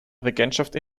regentschaft